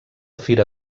fira